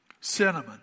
Cinnamon